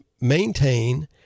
maintain